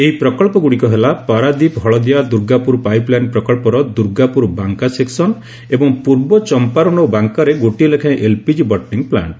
ଏହି ପ୍ରକଳ୍ପଗୁଡ଼ିକ ହେଲା ପାରାଦ୍ୱୀପ ହଳଦିଆ ଦୁର୍ଗାପୁର ପାଇପ୍ଲାଇନ୍ ପ୍ରକଳ୍ପର ଦୁର୍ଗାପୁର ବାଙ୍କା ସେକ୍ସନ୍ ଏବଂ ପୂର୍ବ ଚମ୍ପାରନ୍ ଓ ବାଙ୍କାରେ ଗୋଟିଏ ଲେଖାଏଁ ଏଲ୍ପିଜି ବଟଲିଂ ପ୍ଲାଙ୍କ